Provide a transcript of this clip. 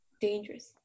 dangerous